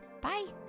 Bye